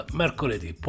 mercoledì